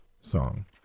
song